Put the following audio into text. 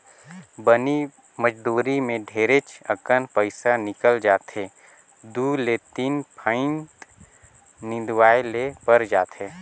बनी मजदुरी मे ढेरेच अकन पइसा निकल जाथे दु ले तीन फंइत निंदवाये ले पर जाथे